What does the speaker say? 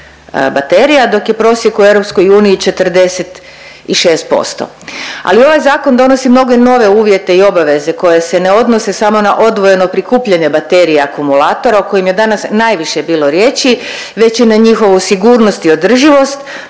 baterija, dok je prosjek u EU 46% ali ovaj zakon donosi mnoge nove uvjete i obaveze koje se ne odnose samo na odvojeno prikupljanje baterija akumulatora o kojim je danas najviše bilo riječi već i na njihovu sigurnost i održivost